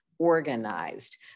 organized